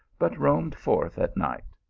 but roamed forth at night.